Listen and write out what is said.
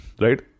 right